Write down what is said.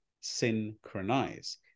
Synchronize